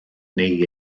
neu